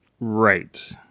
Right